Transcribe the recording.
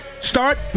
Start